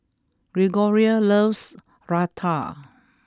Gregoria loves Raita